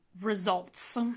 results